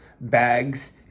bags